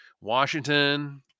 Washington